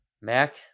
mac